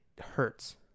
hurts